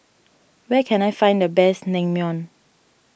where can I find the best Naengmyeon